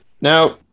Now